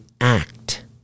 act